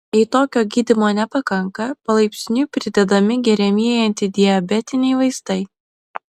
jei tokio gydymo nepakanka palaipsniui pridedami geriamieji antidiabetiniai vaistai